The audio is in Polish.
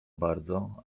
bardzo